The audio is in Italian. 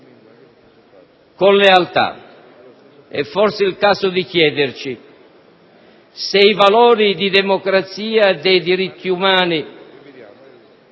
Con lealtà è forse il caso di chiederci se i valori di democrazia dei diritti umani